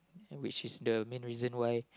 which is the main reason why